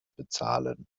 bezahlen